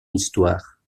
histoire